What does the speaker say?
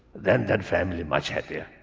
then that family much happier.